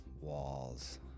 walls